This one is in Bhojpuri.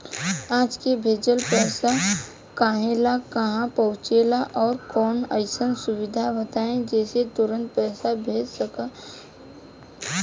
आज के भेजल पैसा कालहे काहे पहुचेला और कौनों अइसन सुविधा बताई जेसे तुरंते पैसा भेजल जा सके?